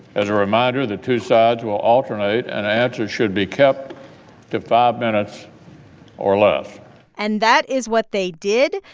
as a reminder, the two sides will alternate, and answers should be kept to five minutes or less and that is what they did.